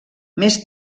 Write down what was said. més